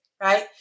right